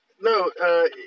no